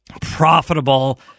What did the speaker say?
profitable